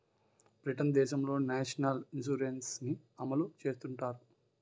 Britain దేశంలో national insurance ని అమలు చేస్తుంటారు